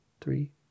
three